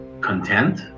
content